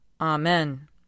Amen